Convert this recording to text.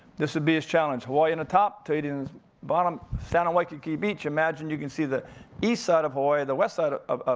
this would be his challenge. hawaii in the top, tahiti in the bottom, stand on waikiki beach. imagine you can see the east side of hawaii, the west side of,